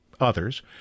others